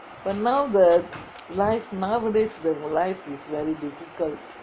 but now the life nowadays the life is very difficult